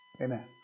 Amen